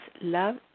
love